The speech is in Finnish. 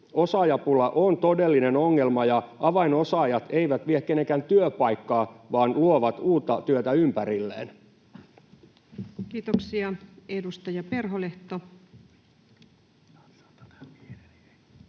Osaajapula on todellinen ongelma, ja avainosaajat eivät vie kenenkään työpaikkaa vaan luovat uutta työtä ympärilleen. [Speech 132] Speaker: